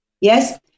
Yes